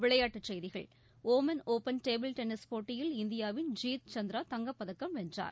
விளையாட்டுச் செய்திகள் Oman open table tennis போட்டியில் இந்தியாவின் ஜீத் சந்திரா தங்கப்பதக்கம் வென்றார்